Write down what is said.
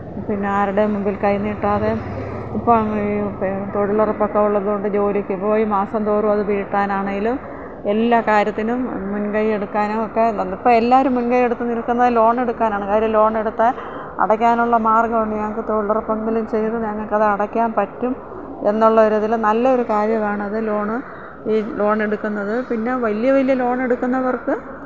പിന്നെ ആരുടെയും മുമ്പിൽ കൈനീട്ടാതെ ഇപ്പോള് ഈ തൊഴിലുറപ്പൊക്കെ ഉള്ളതുകൊണ്ട് ജോലിക്ക് പോയി മാസംതോറും അത് വീട്ടാനാണെങ്കിലും എല്ലാ കാര്യത്തിനും മുൻകൈയെടുക്കാനും ഒക്കെ ഇപ്പോഴെല്ലാവരും മുൻകൈയെടുത്ത് നിൽക്കുന്നത് ലോൺ എടുക്കാനാണ് കാര്യം ലോണെടുത്താല് അടയ്ക്കാനുള്ള മാർഗമുണ്ട് ഞങ്ങള്ക്ക് തൊഴിലുറപ്പെന്തേലും ചെയ്ത് ഞങ്ങള്ക്കത് അടയ്ക്കാന് പറ്റും എന്നുള്ള ഒരു ഇതില് നല്ലൊരു കാര്യമാണത് ലോണ് ഈ ലോണെടുക്കുന്നത് പിന്നെ വലിയ വലിയ ലോണെടുക്കുന്നവർക്ക്